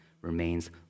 remains